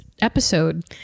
episode